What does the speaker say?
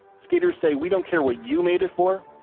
skaters say, we don't care what you made it for,